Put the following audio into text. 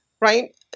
right